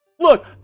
Look